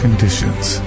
Conditions